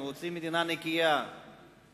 הם רוצים מדינה נקייה מיהודים,